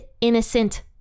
innocent